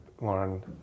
Lauren